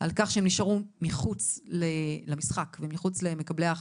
על כך שהם נשארו מחוץ למשחק ומחוץ למקבלי ההחלטות.